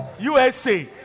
USA